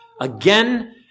again